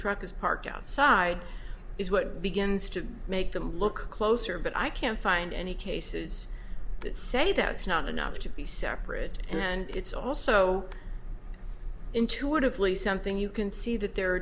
truck is parked outside is what begins to make them look closer but i can't find any cases that say that it's not enough to be separate and it's also intuitively something you can see that there are